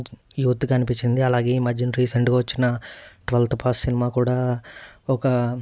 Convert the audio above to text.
యూత్కి అనిపించింది అలాగే ఈ మధ్యన రీసెంట్గా వచ్చిన ట్వల్త్ పాస్ సినిమా కూడా ఒక